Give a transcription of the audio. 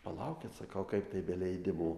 palaukit sakau kaip tai be leidimo